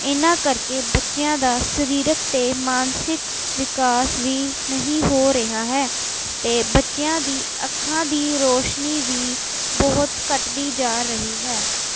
ਇਹਨਾਂ ਕਰਕੇ ਬੱਚਿਆਂ ਦਾ ਸਰੀਰਕ ਅਤੇ ਮਾਨਸਿਕ ਵਿਕਾਸ ਵੀ ਨਹੀਂ ਹੋ ਰਿਹਾ ਹੈ ਅਤੇ ਬੱਚਿਆਂ ਦੀ ਅੱਖਾਂ ਦੀ ਰੋਸ਼ਨੀ ਵੀ ਬਹੁਤ ਘੱਟਦੀ ਜਾ ਰਹੀ ਹੈ